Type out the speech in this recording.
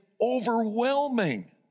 overwhelming